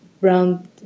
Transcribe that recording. round